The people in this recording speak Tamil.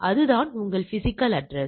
அதுதான் உங்கள் பிஸிக்கல் அட்ரஸ்